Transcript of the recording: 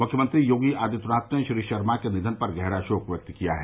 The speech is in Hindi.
मुख्यमंत्री योगी आदित्यनाथ ने श्री शर्मा के निधन पर गहरा शोक व्यक्त किया है